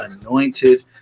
Anointed